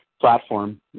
platform